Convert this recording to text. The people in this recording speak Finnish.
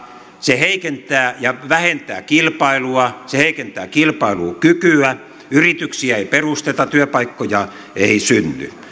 se heikentää ja vähentää kilpailua se heikentää kilpailukykyä yrityksiä ei perusteta työpaikkoja ei synny se